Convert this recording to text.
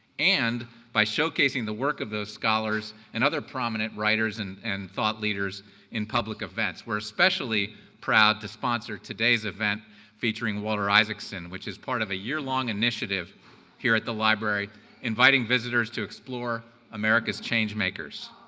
and by showcasing the work of those scholars and other prominent writers and and thought leaders in public events. we're especially proud to sponsor today's event featuring walter isaacson, which is part of a year-long initiative here at the library inviting visitors to explore america's change-makers.